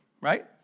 right